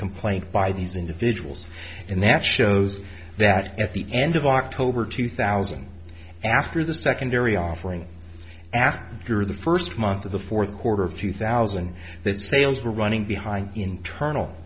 complaint by these individuals and that shows that at the end of october two thousand after the secondary offering after the first month of the fourth quarter of two thousand that sales were running behind internal